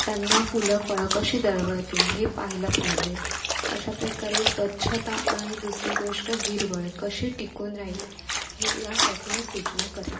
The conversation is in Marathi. त्यांना फुलं फळं कशी दळवळतील हे पाहिलं पायजे अशा प्रकारे स्वच्छता आणि दुसरी गोष्ट हिरवळ कशी टिकून राहील हे यासाठी मी सूचना करेन